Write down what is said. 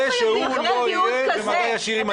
לא חייבים --- אחרי תיעוד כזה אתה